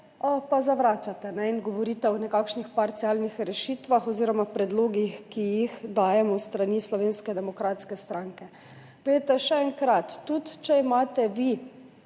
pa zavračate in govorite o nekakšnih parcialnih rešitvah oziroma predlogih, ki jih dajemo s strani Slovenske demokratske stranke. Še enkrat, tudi če imate vi